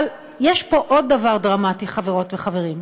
אבל יש פה עוד דבר דרמטי, חברות וחברים.